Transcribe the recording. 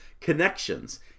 Connections